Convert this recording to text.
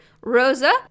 Rosa